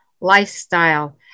lifestyle